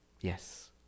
Yes